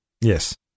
yes